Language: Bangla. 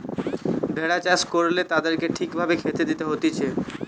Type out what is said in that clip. ভেড়া চাষ করলে তাদেরকে ঠিক ভাবে খেতে দিতে হতিছে